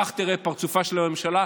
כך ייראה פרצופה של הממשלה,